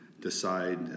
decide